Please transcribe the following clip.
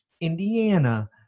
Indiana